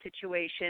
situation